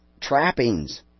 trappings